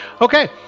Okay